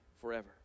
forever